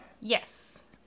Yes